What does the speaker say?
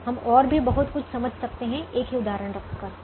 हम और भी बहुत कुछ समझ सकते हैं एक ही उदाहरण रखकर